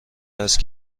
است